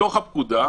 בתוך הפקודה,